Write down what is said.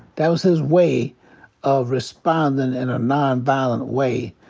that was his way of responding in a nonviolent way.